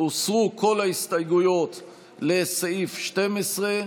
הוסרו כל ההסתייגויות לסעיף 12,